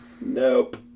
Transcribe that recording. Nope